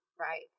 right